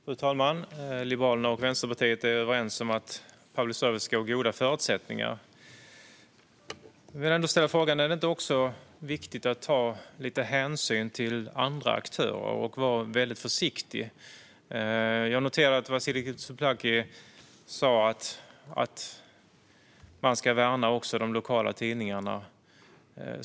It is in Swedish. Fru talman! Liberalerna och Vänsterpartiet är överens om att public service ska ha goda förutsättningar. Jag vill ställa en fråga: Är det inte viktigt att ta lite hänsyn till andra aktörer och vara väldigt försiktig? Jag noterade att Vasiliki Tsouplaki sa att de lokala tidningarna ska värnas.